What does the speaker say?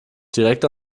direkt